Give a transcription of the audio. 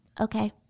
Okay